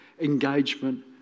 engagement